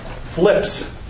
flips